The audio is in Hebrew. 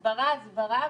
הסברה, הסברה.